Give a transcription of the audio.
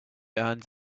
earned